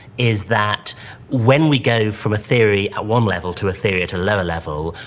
is that when we go from a theory at one level to a theory at a lower level,